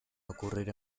ocurrir